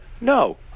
no